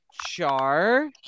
Char